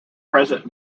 present